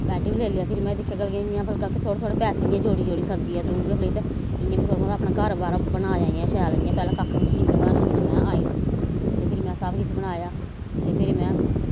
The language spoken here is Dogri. बैड्ड बी लेई लेआ फिरी में दिक्खेआ बल्कि इ'यां फ्ही लग्गा कि थोह्ड़े थोह्ड़े पैसे इ'यां जोड़ी जोड़ी सब्जी दे थ्रू गै फिरी ते इ'यां थोह्ड़ा मता में अपना घर बाह्र इ'यां शैल इ'यां पैह्लें कक्ख बी नेंई हा इं'दे घर जिल्लै में आई तां ते फिरी में सब किश बनाया ते फिरी में